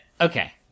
Okay